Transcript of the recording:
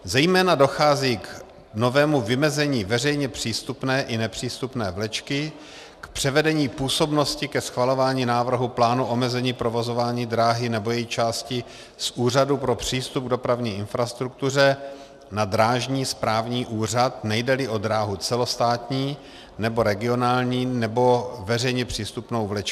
Zejména dochází k novému vymezení veřejně přístupné i nepřístupné vlečky, k převedení působnosti ke schvalování návrhu plánu omezení provozování dráhy nebo její části z Úřadu pro přístup k dopravní infrastruktuře na drážní správní úřad, nejdeli o dráhu celostátní nebo regionální nebo veřejně přístupnou vlečku.